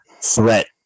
threat